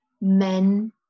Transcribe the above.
Men